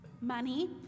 Money